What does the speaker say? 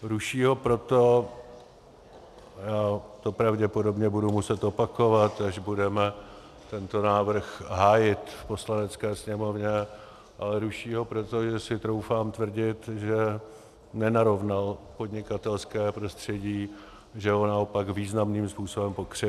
Ruší ho proto já to pravděpodobně budu muset opakovat, až budeme tento návrh hájit v Poslanecké sněmovně ruší ho proto, že si troufám tvrdit, že nenarovnal podnikatelské prostředí, že ho naopak významným způsobem pokřivil.